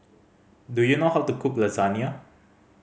do you know how to cook Lasagne